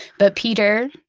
but peter,